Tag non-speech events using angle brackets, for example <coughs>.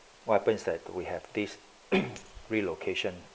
what happen is that we have this <coughs> relocation